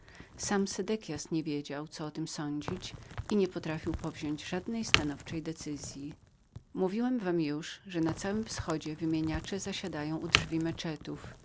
sam sedekias nie wiedział co w tym razie począć i łamał sobie głowę nad chwyceniem się tej lub owej strony mówiłem wam już że na całym wschodzie wymieniacze zasiadają u drzwi